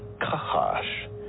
kahash